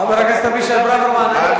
אתה אמרת.